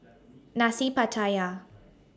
Nasi Pattaya